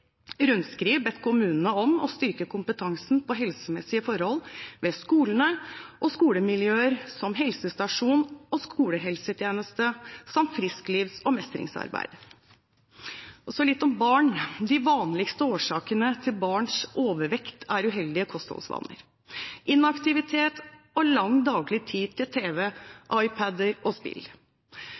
rundskriv bedt kommunene om å styrke kompetansen på helsemessige forhold ved skolene og i skolemiljøer, som helsestasjon og skolehelsetjeneste samt frisklivs- og mestringsarbeid. Så litt om barn. De vanligste årsakene til barns overvekt er uheldige kostholdsvaner, inaktivitet og lang tid daglig til TV, iPad-er og spill.